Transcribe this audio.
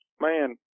Man